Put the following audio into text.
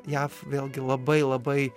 jav vėlgi labai labai